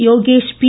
Yogesh B